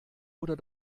oder